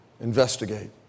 investigate